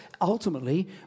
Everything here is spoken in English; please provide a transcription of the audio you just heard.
ultimately